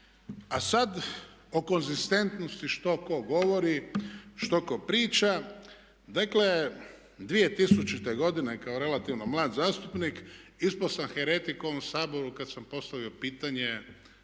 A sad o konzistentnosti što tko govori, što tko priča. Dakle, 2000. godine kao relativno mlad zastupnik ispao sam heretik u ovom Saboru kad sam postavio pitanje